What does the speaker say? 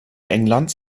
englands